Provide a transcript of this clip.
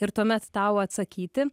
ir tuomet tau atsakyti